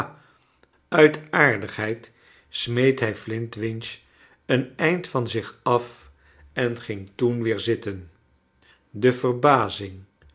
uit aardigheid smeet hij flintwinch een eind van zich af en ging toen weer zitten de verbazing